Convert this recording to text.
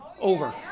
Over